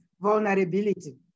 vulnerability